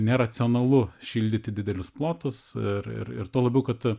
neracionalu šildyti didelius plotus ir ir ir tuo labiau kad